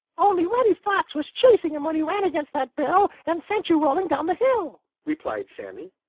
only reddy fox was chasing him when he ran against that barrel and sent you rolling down the hill, replied sammy.